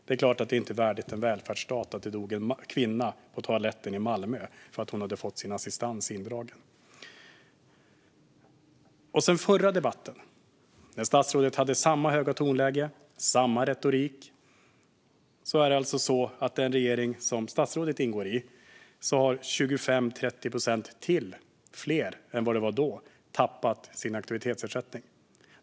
Det är klart att det inte är värdigt en välfärdsstat att det dog en kvinna på toaletten i Malmö för att hon hade fått sin assistans indragen. Sedan den förra debatten, när statsrådet hade samma höga tonläge och kom med samma retorik, har den regering som statsrådet ingår i sett till att det är 25-30 procent fler än vad det var då som har tappat sin aktivitetsersättning.